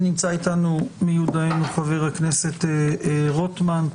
נמצא איתנו מיודענו חבר הכנסת רוטמן,